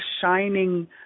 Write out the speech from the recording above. shining